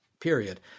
period